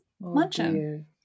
munching